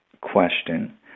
question